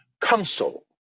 council